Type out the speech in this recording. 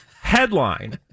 Headline